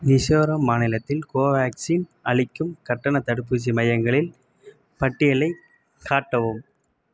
மிசோரம் மாநிலத்தில் கோவேக்ஸின் அளிக்கும் கட்டணத் தடுப்பூசி மையங்களின் பட்டியலைக் காட்டவும்